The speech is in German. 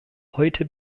heute